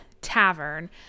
tavern